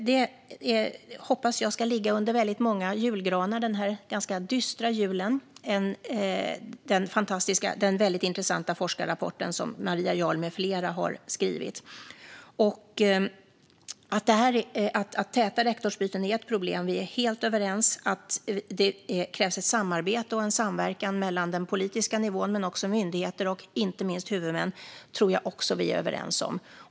Denna väldigt intressanta forskarrapport som Maria Jarl med flera har skrivit hoppas jag ska ligga under många julgranar den här ganska dystra julen! Att täta rektorsbyten är ett problem är vi helt överens om. Att det krävs ett samarbete och en samverkan mellan den politiska nivån men också myndigheter och inte minst huvudmän tror jag också att vi är överens om.